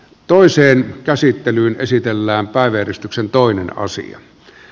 toiseen käsittelyyn esitellään päiveristyksen toinen tiellä